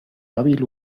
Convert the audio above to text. hábil